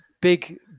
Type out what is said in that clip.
big